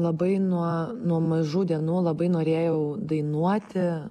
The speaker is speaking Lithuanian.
labai nuo nuo mažų dienų labai norėjau dainuoti